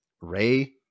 Ray